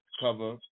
cover